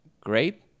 Great